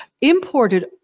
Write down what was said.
imported